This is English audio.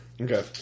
Okay